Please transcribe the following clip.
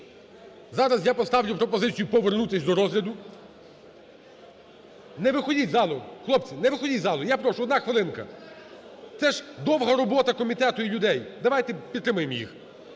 Зараз я поставлю пропозицію повернутися до розгляду. Не виходіть із залу, хлопці, не виходіть із залу, прошу, одна хвилинка. Це ж довга робота комітету і людей. Давайте підтримаємо їх.